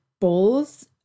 bowls